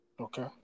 Okay